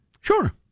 Sure